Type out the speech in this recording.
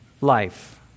life